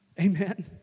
Amen